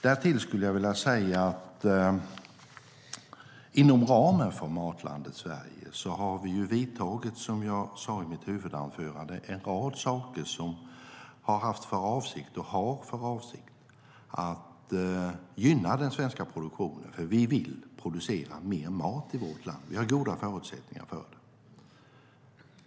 Därtill skulle jag vilja säga att vi inom ramen för Matlandet Sverige har vidtagit en rad åtgärder som haft och har till syfte att gynna den svenska produktionen. Vi vill producera mer mat i vårt land. Vi har goda förutsättningar för det.